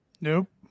Nope